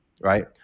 right